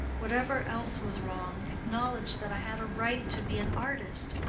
whatever else was wrong, acknowledge that i had a right to be an artist,